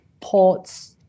ports